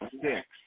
six